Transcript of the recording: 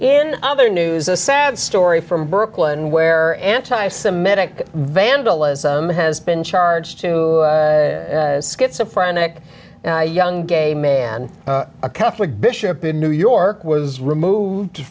in other news a sad story from brooklyn where anti semitic vandalism has been charged to schizo phrenic young gay man a catholic bishop in new york was removed